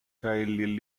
highly